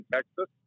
Texas